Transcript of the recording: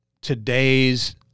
today's